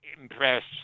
impressed